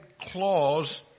clause